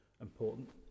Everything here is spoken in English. important